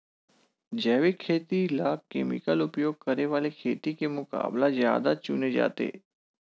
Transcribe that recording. जैविक खेती ला केमिकल उपयोग करे वाले खेती के मुकाबला ज्यादा चुने जाते